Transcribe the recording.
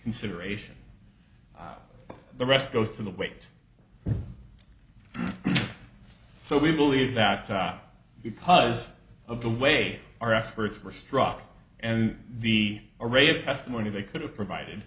consideration the rest goes to the weight so we believe that time because of the way our efforts were struck and the array of testimony they could have provided